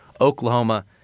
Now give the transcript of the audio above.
Oklahoma